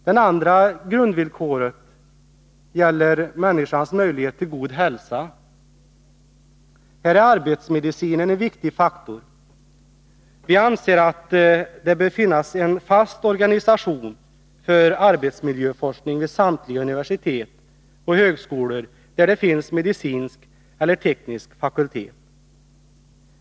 Det andra grundvillkoret gäller människans möjligheter till god hälsa. Här är arbetsmedicinen en viktig faktor. Vi anser att det bör finnas en fast organisation för arbetsmiljöforskning vid samtliga universitet och högskolor där det finns medicinsk eller teknisk fakultet.